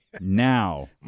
Now